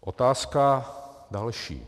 Otázka další.